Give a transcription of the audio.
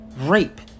Rape